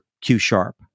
Q-Sharp